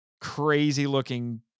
crazy-looking